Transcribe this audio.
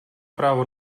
právo